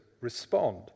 respond